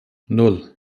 nan